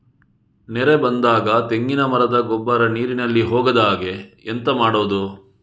ನೆರೆ ಬಂದಾಗ ತೆಂಗಿನ ಮರದ ಗೊಬ್ಬರ ನೀರಿನಲ್ಲಿ ಹೋಗದ ಹಾಗೆ ಎಂತ ಮಾಡೋದು?